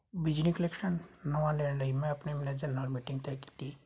ਬਿਜਲੀ ਕਲੈਕਸ਼ਨ ਨਵਾਂ ਲੈਣ ਲਈ ਮੈਂ ਆਪਣੇ ਮਨੇਜਰ ਨਾਲ ਮੀਟਿੰਗ ਤੈਅ ਕੀਤੀ